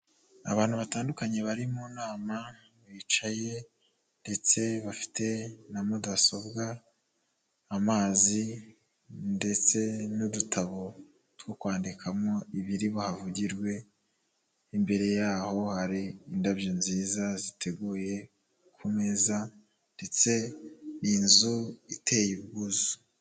Abantu batandukanye bari mu nama, bicaye ndetse bafite na mudasobwa, amazi ndetse n'udutabo two kwandikamo ibiri buhavugirwe, imbere yaho hari indabyo nziza ziteguye ku meza ndetse iyi nzu iteye ubwuzu.